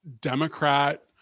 democrat